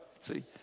See